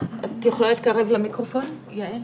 עו"ד יפעת סולל, היועצת המשפטית של עמותת